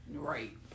Right